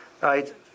right